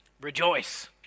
Rejoice